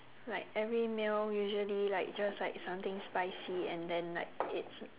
like every meal usually like just like something spicy and then like it's